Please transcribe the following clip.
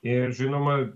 ir žinoma